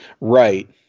Right